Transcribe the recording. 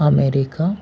America